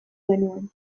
genuen